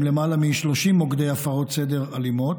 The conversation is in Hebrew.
למעלה מ-30 מוקדי הפרות סדר אלימות,